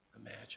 imagine